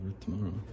tomorrow